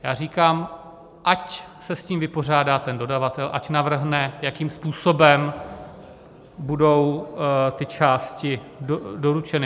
Já říkám: ať se s tím vypořádá dodavatel, ať navrhne, jakým způsobem budou ty části doručeny.